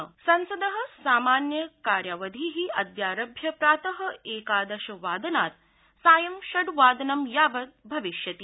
संसद संसद समान्य कार्यावधि अद्यारभ्य प्रात एकादशवादनात् सायं षड्वादनं यावत् भविष्यति